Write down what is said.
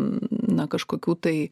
na kažkokių tai